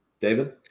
David